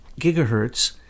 gigahertz